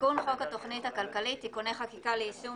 תיקון חוק התכנית הכלכלית (תיקוני חקיקה ליישום